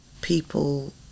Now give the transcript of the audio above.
people